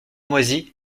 moisi